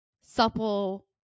supple